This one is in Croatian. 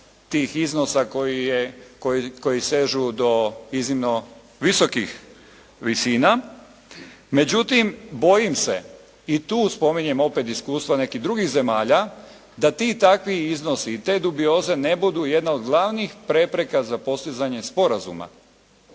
tih iznosa koji sežu do iznimno visokih visina. Međutim, bojim se i tu spominjem opet iskustva nekih drugih zemalja, da ti takvi iznosi i te dubioze ne budu jedna od glavnih prepreka za postizanje sporazuma.